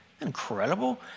Incredible